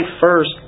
first